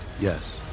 Yes